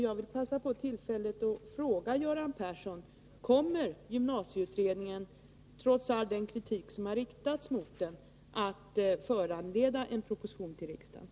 Jag vill passa på tillfället att fråga Göran Persson: Kommer gymnasieutredningens betänkande trots all den kritik som har riktats mot det att föranleda en proposition till riksdagen?